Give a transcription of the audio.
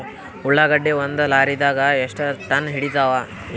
ಉಳ್ಳಾಗಡ್ಡಿ ಒಂದ ಲಾರಿದಾಗ ಎಷ್ಟ ಟನ್ ಹಿಡಿತ್ತಾವ?